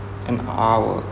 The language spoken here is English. an hour